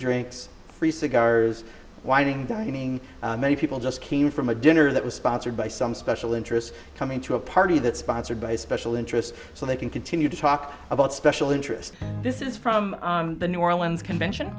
drinks free cigars wining dining many people just came from a dinner that was sponsored by some special interests coming to a party that sponsored by special interests so they can continue to talk about special interest this is from the new orleans convention